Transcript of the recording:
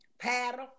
paddle